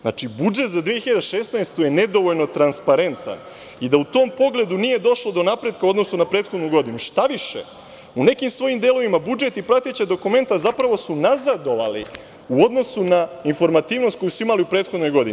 Znači, budžet za 2016. godinu je nedovoljno transparentan i u tom pogledu nije došlo do napretka u odnosu na prethodnu godinu, štaviše, u nekim svojim delovima budžet i prateća dokumenta zapravo su nazadovali u odnosu na informativnost koju su imali u prethodnoj godini.